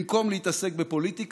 במקום להתעסק בפוליטיקה,